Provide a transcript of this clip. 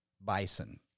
bison